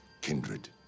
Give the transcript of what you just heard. kindred